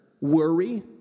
worry